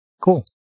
Cool